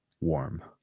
warm